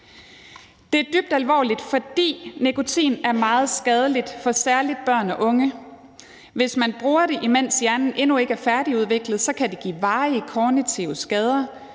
Det er dybt alvorligt, fordi nikotin er meget skadeligt for særlig børn og unge. Hvis man bruger det, imens hjernen endnu ikke er færdigudviklet, kan det give varige kognitive skader,